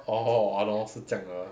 orh ah lor 是这样的 lor